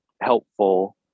helpful